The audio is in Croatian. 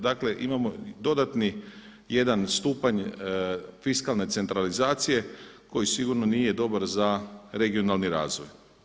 Dakle imamo dodatni jedan stupanj fiskalne centralizacije koji sigurno nije dobar za regionalni razvoj.